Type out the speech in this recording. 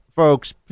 Folks